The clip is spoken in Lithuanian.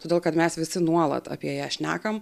todėl kad mes visi nuolat apie ją šnekam